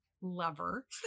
lover